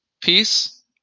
peace